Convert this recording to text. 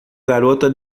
garota